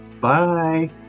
Bye